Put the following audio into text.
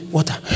Water